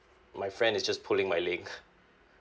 my friend is just pulling my leg